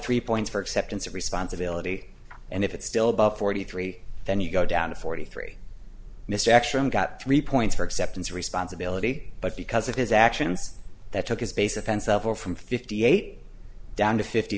three points for acceptance of responsibility and if it's still about forty three then you go down to forty three mr actually got three points for acceptance of responsibility but because of his actions that took his base offense level from fifty eight down to fifty